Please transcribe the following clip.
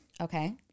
Okay